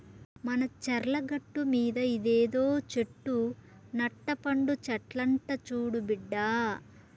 మన చర్ల గట్టుమీద ఇదేదో చెట్టు నట్ట పండు చెట్లంట చూడు బిడ్డా